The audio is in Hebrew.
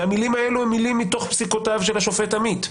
והמילים האלו הן מילים מתוך פסיקותיו של השופט עמית,